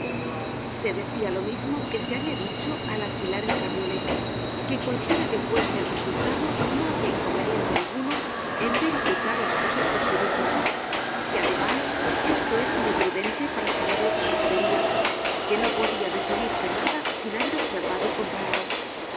se decia lo mismo que se habia dicho al alquilar el cabriolé que cualquiera que fuese el resultado no habia inconveniente alguno en ver y juzgar las cosas por sí mismo que además esto era muy prudente para saber lo que sucederia que no podia decidirse nada sin haber observado y comparado